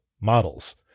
models